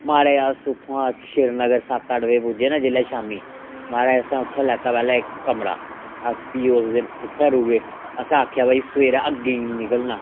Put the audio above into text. महाराज अस उत्थुआं श्रीनगर सत्त अट्ठ बजे पुज्जे ना जेल्लै शामी महाराज असें उत्थैं लैता पैह्लें इक कमरा अस फ्ही ओस दिन उत्थैं रुके असें आखेआ भई सवेरै अग्गें ई निकलना